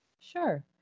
Sure